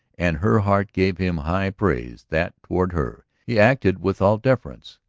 and her heart gave him high praise that toward her he acted with all deference,